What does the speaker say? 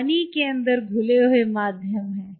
पानी के आधार पर